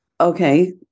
okay